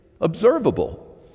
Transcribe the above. observable